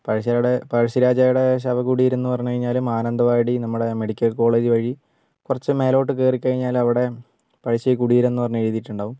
പഴശ്ശിരാജയുടെ ശവകുടീരം എന്നു പറഞ്ഞു കഴിഞ്ഞാൽ മാനന്തവാടി നമ്മുടെ മെഡിക്കൽ കോളേജ് വഴി കുറച്ചു മേലോട്ട് കയറി കഴിഞ്ഞാൽ അവിടെ പഴശ്ശി കുടീരം എന്നു പറഞ്ഞ് എഴുതിയിട്ടുണ്ടാവും